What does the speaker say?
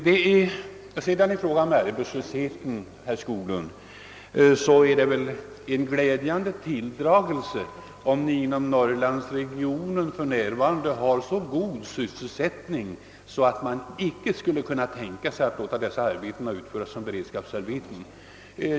Det är, herr Skoglund, glädjande att ni i Norrland för närvarande skulle ha så god sysselsättning att man icke kunde tänka sig att låta detta arbete utföras som beredskapsarbete.